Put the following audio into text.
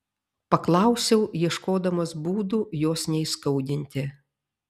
paklausiau ieškodamas būdų jos neįskaudinti